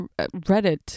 Reddit